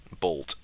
bolt